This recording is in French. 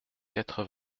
quatre